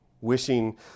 wishing